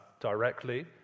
directly